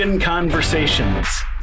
conversations